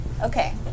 Okay